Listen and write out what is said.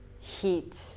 heat